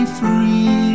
free